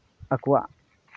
ᱟᱠᱚᱣᱟᱜ